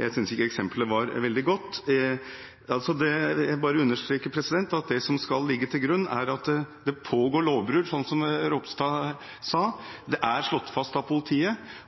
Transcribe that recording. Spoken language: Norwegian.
jeg synes ikke eksemplet var veldig godt. Jeg vil understreke at det som skal ligge til grunn, er at det pågår lovbrudd, som Ropstad sa, det er slått fast av politiet,